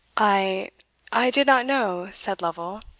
i i did not know, said lovel,